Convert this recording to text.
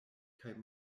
kaj